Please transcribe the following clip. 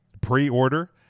pre-order